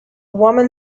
woman